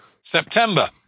September